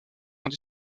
sont